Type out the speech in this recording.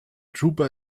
juba